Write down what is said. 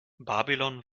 babylon